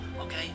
Okay